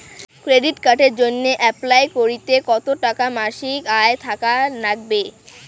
Credit কার্ডের জইন্যে apply করিতে কতো টাকা মাসিক আয় থাকা নাগবে?